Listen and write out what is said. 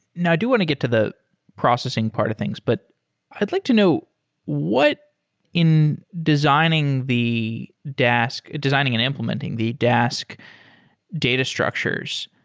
now, i do want to get to the processing part of things, but i'd like to know what in designing the dask, designing and implementing the dask data structures,